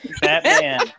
Batman